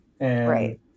Right